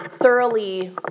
thoroughly